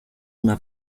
una